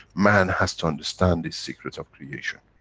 man has to understand these secrets of creation.